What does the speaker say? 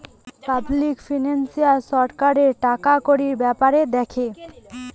public finance সরকারের টাকাকড়ির বেপার দ্যাখে